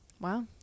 Wow